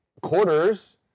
quarters